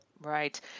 Right